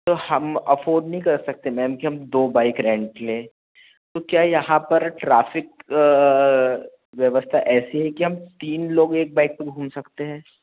तो हम अफ्फोर्ड नहीं कर सकते मैम कि हम दो बाइक रेन्ट ले तो क्या यहाँ पर ट्रैफिक व्यवस्था ऐसी है कि हम तीन लोग एक बाइक पर घूम सकते हैं